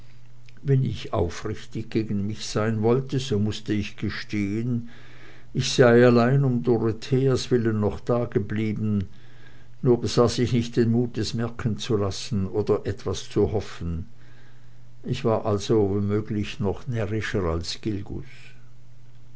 wenn ich aufrichtig gegen mich sein wollte so mußte ich gestehen ich sei allein um dorotheas willen noch dageblieben nur besaß ich nicht den mut es merken zu lassen oder etwas zu hoffen ich war also womöglich noch närrischer als